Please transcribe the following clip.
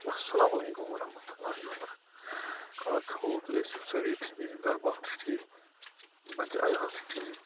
اَسَلامُ علیکُم وَرحمتُہ اللہِ وَبَرَکاتہ تُہۍ ٲسِو سٲری ٹھیٖک گَرٕ بار چھِ ٹھیٖک بَچہِ عَیال چھِ ٹھیٖک